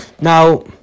Now